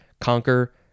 Conquer